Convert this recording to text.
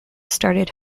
started